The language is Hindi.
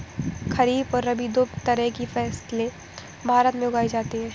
खरीप और रबी दो तरह की फैसले भारत में उगाई जाती है